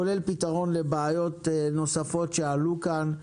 כולל פתרון לבעיות נוספות שעלו כאן,